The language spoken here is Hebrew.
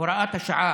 הוראת השעה,